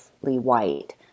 white